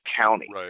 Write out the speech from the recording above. county